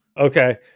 Okay